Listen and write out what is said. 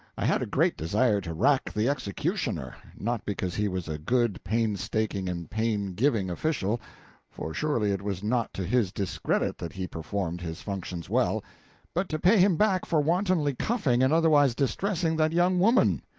i had a great desire to rack the executioner not because he was a good, painstaking and paingiving official for surely it was not to his discredit that he performed his functions well but to pay him back for wantonly cuffing and otherwise distressing that young woman.